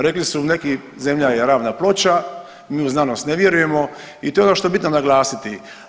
Rekli su neki Zemlja je ravna ploča, mi u znanost ne vjerujemo i to je ono što je bitno naglasiti.